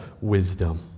wisdom